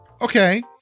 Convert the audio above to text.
okay